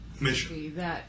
mission